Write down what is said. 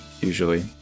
usually